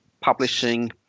publishing